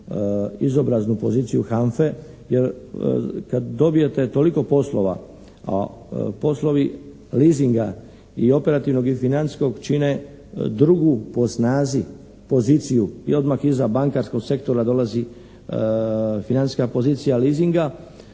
izobraznu poziciju HANFA-e jer kad dobijete toliko poslova, a poslovi leasinga i operativnog i financijskog čine drugu po snazi poziciju i odmah iza bankarskog sektora dolazi financijska pozicija leasinga